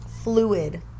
fluid